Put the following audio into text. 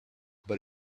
but